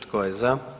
Tko je za?